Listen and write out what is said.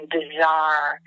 bizarre